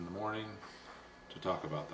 in the morning to talk about